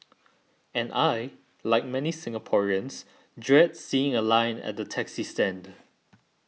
and I like many Singaporeans dread seeing a line at the taxi stand